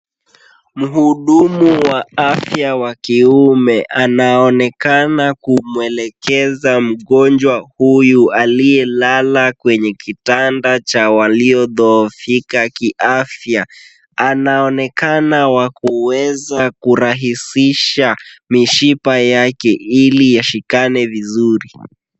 Mhudumu wa afya wa kiume anaonekana kumwelekeza mgonjwa huyu aliyelala kwenye kitanda cha waliodhoofika kiafya. Anaonekana wa kuweza kurahisisha mishipa yake ili yashikane vizuri.